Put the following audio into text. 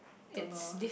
don't know